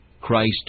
Christ